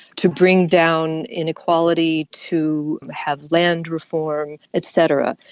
to bring down inequality, to have land reform et cetera.